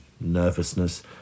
nervousness